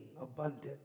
abundant